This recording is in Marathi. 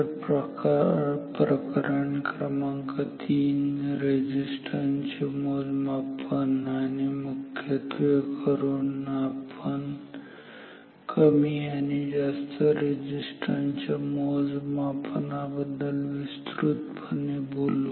तर प्रकरण क्रमांक 3 रेझिस्टन्स चे मोजमापन आणि मुख्यत्वे करून आपण कमी आणि जास्त रेझिस्टन्स च्या मोजमापनाबद्दल विस्तृतपणे बोलू